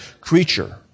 creature